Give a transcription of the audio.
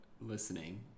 listening